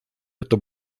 это